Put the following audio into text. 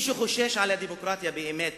מי שחושש לדמוקרטיה באמת